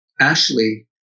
Ashley